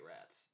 rats